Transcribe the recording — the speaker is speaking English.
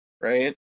right